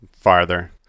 Farther